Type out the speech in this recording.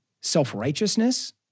self-righteousness